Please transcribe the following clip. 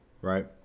Right